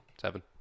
Seven